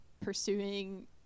pursuing